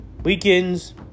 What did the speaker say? Weekends